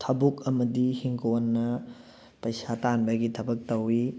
ꯊꯕꯛ ꯑꯃꯗꯤ ꯍꯤꯡꯒꯣꯟꯅ ꯄꯩꯁꯥ ꯇꯥꯟꯕꯒꯤ ꯊꯕꯛ ꯇꯧꯋꯤ